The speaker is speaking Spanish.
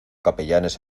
capellanes